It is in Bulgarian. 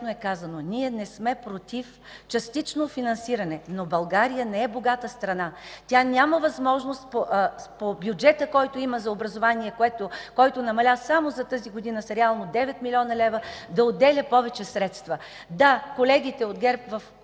е казано – ние не сме против частично финансиране, но България не е богата страна. Тя няма възможност по бюджета, който има за образование, който намаля само за тази година реално с 9 млн. лв., да отделя повече средства. Да, колегите от ГЕРБ в